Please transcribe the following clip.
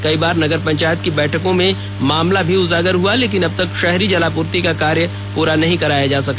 कई बार नगर पंचायत की बैठकों में मामला भी उजागर हुआ लेकिन अबतक शहरी जलापूर्ति का कार्य पूरा नहीं कराया जा सका